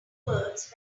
words